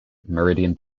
meridian